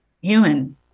human